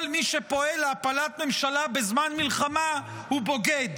מי שפועל להפלת ממשלה בזמן מלחמה הוא בוגד.